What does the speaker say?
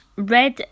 Red